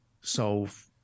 solve